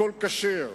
הכול כשר,